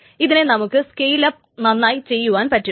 ഇതിനെ നമുക്ക് scale up നന്നായി ചെയ്യുവാൻ പറ്റും